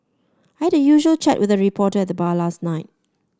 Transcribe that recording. had a usual chat with a reporter at the bar last night